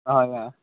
হয়